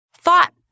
thought